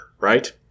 right